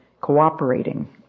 cooperating